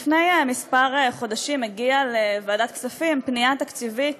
לפני כמה חודשים הגיעה לוועדת הכספים פנייה תקציבית